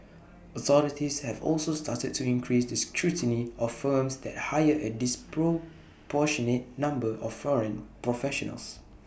authorities have also started to increase the scrutiny of firms that hire A disproportionate number of foreign professionals